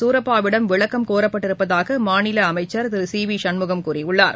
சூரப்பாவிடம் விளக்கம் கோரப்பட்டிருப்பதாக மாநில அமைச்சர் திரு சி வி சண்முகம் கூறியுள்ளார்